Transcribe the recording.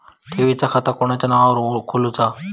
ठेवीचा खाता कोणाच्या नावार खोलूचा?